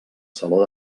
saló